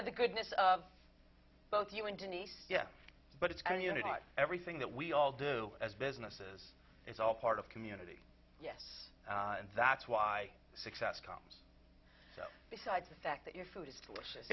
of the goodness of both you and denise yeah but it's community everything that we all do as businesses it's all part of community yes and that's why success comes besides the fact that your food is delicious